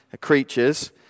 creatures